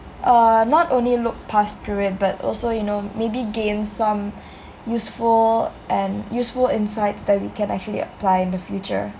uh not only look pass through it but also you know maybe gain some some useful and and useful insights that we can actually apply in the future